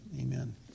amen